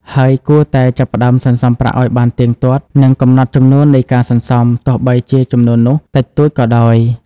ហើយគួរតែ ចាប់ផ្ដើមសន្សំប្រាក់ឱ្យបានទៀងទាត់ និងកំណត់ចំនួននៃការសន្សំ ទោះបីជាចំនួននោះតិចតួចក៏ដោយ។